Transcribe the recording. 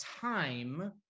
time